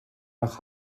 nach